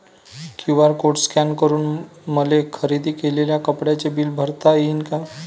QR code scan करून मले खरेदी केलेल्या कापडाचे बिल भरता यीन का?